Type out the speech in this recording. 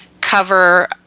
cover